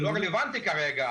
זה לא רלוונטי כרגע,